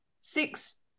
six